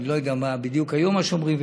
אני לא יודע מה היום אומרים,